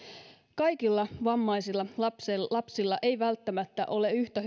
kaikilla vammaisilla lapsilla ei välttämättä ole yhtä